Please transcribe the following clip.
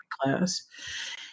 class